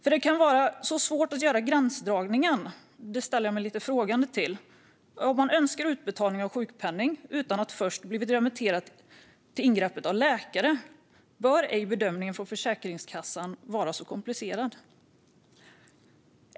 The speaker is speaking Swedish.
Att det kan vara så svårt att göra gränsdragningen ställer jag mig lite frågande till. Om man önskar utbetalning av sjukpenning utan att först ha blivit remitterad till ingreppet av en läkare bör bedömningen från Försäkringskassan inte vara särskilt komplicerad.